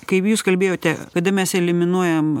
kaip jūs kalbėjote kada mes eliminuojam